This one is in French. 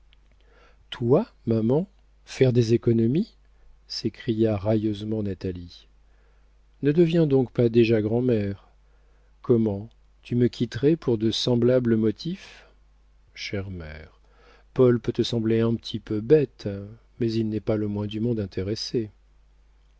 toi maman faire des économies s'écria railleusement natalie ne deviens donc pas déjà grand'mère comment tu me quitterais pour de semblables motifs chère mère paul peut te sembler un petit peu bête mais il n'est pas le moins du monde intéressé